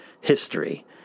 history